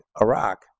Iraq